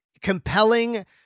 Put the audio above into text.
compelling